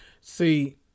See